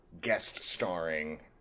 guest-starring